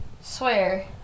swear